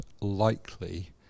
likely